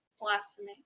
Blasphemy